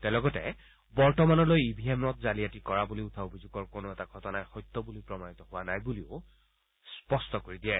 তেওঁ লগতে বৰ্তমানলৈ ই ভি এমত জালিয়াতি কৰা বুলি উঠা অভিযোগৰ কোনো এটা ঘটনাই সত্য বুলি প্ৰমাণিত হোৱা নাই বুলি স্পষ্ট কৰি দিয়ে